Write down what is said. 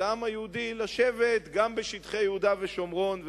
של העם היהודי לשבת גם בשטחי יהודה ושומרון,